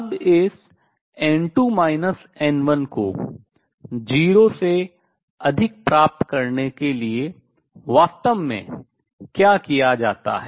अब इस n2 n1 को 0 से अधिक प्राप्त करने के लिए वास्तव में क्या किया जाता है